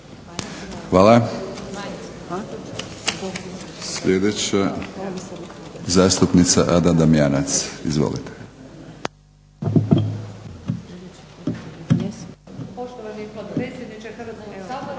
Hvala. Sljedeća zastupnica Ada Damjanac. Izvolite.